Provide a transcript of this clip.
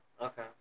Okay